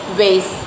ways